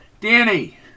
Danny